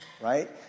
right